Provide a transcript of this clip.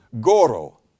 Goro